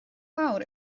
fawr